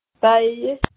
Bye